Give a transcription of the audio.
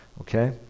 okay